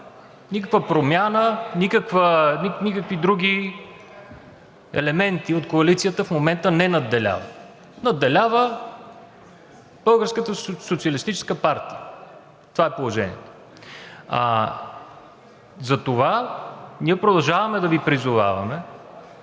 Никаква Промяна, никакви други елементи от коалицията в момента не надделяват, надделява Българската социалистическа партия – това е положението. Затова ние продължаваме да Ви призоваваме